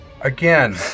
Again